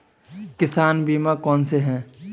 किसान बीमा कौनसे हैं?